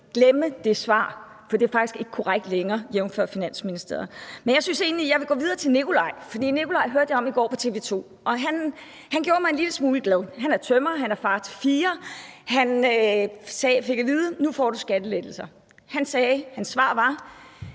glemme det svar, for det er faktisk ikke korrekt længere, jævnfør Finansministeriet. Men jeg vil gå videre til Nicolaj, for ham hørte jeg om i går på TV 2. Han gjorde mig en lille smule glad. Han er tømrer og far til fire. Han fik at vide: Nu får du skattelettelser. Hans svar var: